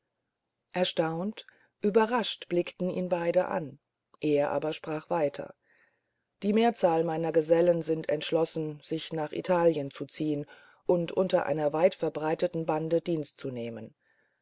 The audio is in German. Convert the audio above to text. erstaunt überrascht blickten ihn beide an er aber sprach weiter die mehrzahl meiner gesellen ist ent schlossen sich nach italien zu ziehen und unter einer weitverbreiteten bande dienste zu nehmen